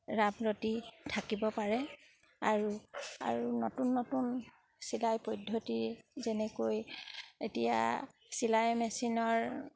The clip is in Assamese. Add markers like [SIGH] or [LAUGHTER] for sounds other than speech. [UNINTELLIGIBLE] থাকিব পাৰে আৰু আৰু নতুন নতুন চিলাই পদ্ধতি যেনেকৈ এতিয়া চিলাই মেচিনৰ